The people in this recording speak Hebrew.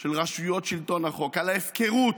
של רשויות שלטון החוק, על ההפקרות,